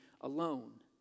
alone